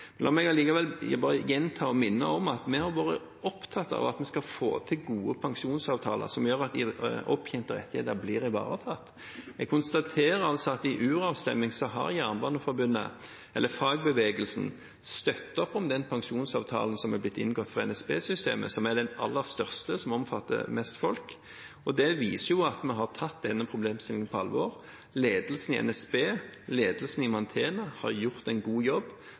La meg allikevel gjenta og minne om at vi har vært opptatt av at vi skal få til gode pensjonsavtaler som gjør at opptjente rettigheter blir ivaretatt. Jeg konstaterer at i uravstemning har Jernbaneforbundet, eller fagbevegelsen, støttet opp om den pensjonsavtalen som er blitt inngått for NSB-systemet, som er den aller største og omfatter mest folk. Det viser at vi har tatt denne problemstillingen på alvor. Ledelsen i NSB og ledelsen i Mantena har gjort en god jobb